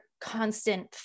constant